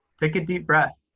take a deep breath.